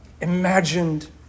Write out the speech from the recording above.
imagined